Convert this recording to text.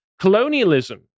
colonialism